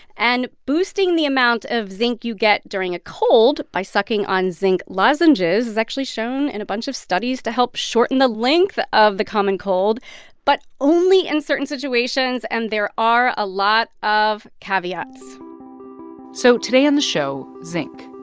and boosting the amount of zinc you get during a cold by sucking on zinc lozenges is actually shown in a bunch of studies to help shorten the length of the common cold but only in certain situations. and there are a lot of caveats so today on the show, zinc,